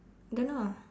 don't know